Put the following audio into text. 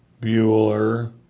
Bueller